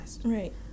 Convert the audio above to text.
Right